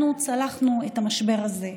אנחנו צלחנו את המשבר הזה.